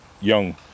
young